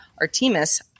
Artemis